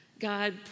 God